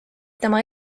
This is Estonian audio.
tema